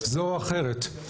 זו או אחרת,